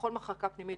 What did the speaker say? בכל מחלקה פנימית,